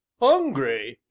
hungry!